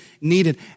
needed